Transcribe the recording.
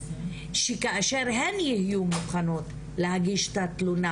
שכאשר הן יהיו מוכנות להגיש את התלונה,